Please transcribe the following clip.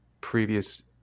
previous